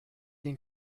den